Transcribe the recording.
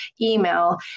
email